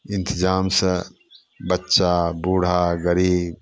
इंतजामसँ बच्चा बूढ़ा गरीब